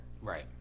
Right